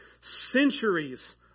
centuries